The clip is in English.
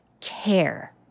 care